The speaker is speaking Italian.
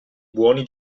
buoni